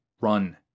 run